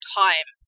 time